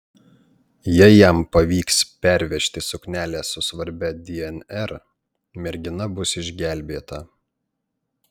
jei jam pavyks pervežti suknelę su svarbia dnr mergina bus išgelbėta